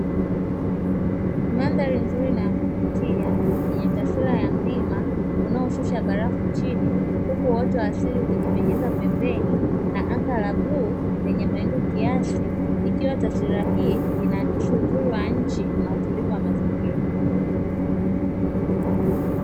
Mandhari nzuri na ya kuvutia, yenye taswira ya mlima unaoshusha barafu chini huku uoto wa asili ukijipenyeza kwenye, na anga la bluu lenye mawingu kiasi. Ikiwa taswira hii inaakisi uzuri wa nchi na utulivu wa mazingira.